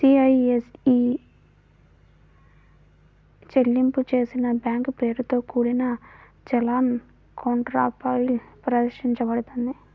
CIN e చెల్లింపు చేసిన bank పేరుతో కూడిన చలాన్ కౌంటర్ఫాయిల్ ప్రదర్శించబడుతుంది